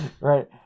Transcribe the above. right